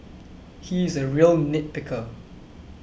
he is a real nit picker